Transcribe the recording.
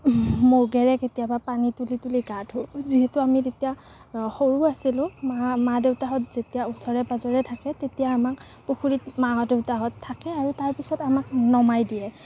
মগেৰে কেতিয়াবা পানী তুলি তুলি গা ধুওঁ যিহেতু আমি তেতিয়া সৰু আছিলোঁ মা মা দেউতাহঁত যেতিয়া ওচৰে পাজৰে থাকে তেতিয়া আমাক পুখুৰীত মাহঁত দেউতাহঁত থাকে তাৰপাছত আমাক নমাই দিয়ে